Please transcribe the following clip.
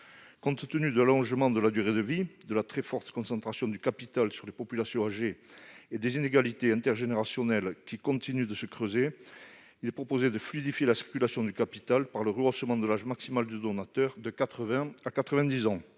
Compte tenu de l'allongement de la durée de vie, de la très forte concentration du capital sur les populations âgées et des inégalités intergénérationnelles, qui continuent de se creuser, il est proposé de fluidifier la circulation du capital par le rehaussement de l'âge maximal du donateur de 80 à 90 ans.